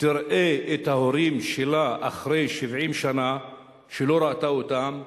תראה את ההורים שלה, אחרי 70 שנה שלא ראתה אותם,